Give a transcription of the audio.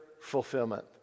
fulfillment